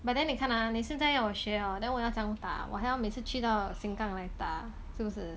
but then 你看 ah 你现在要我学 hor then 我要怎样打我还要每次去到 sengkang 来打是不是